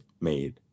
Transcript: made